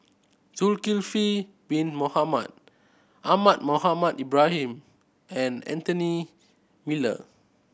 Zulkifli Bin Mohamed Ahmad Mohamed Ibrahim and Anthony Miller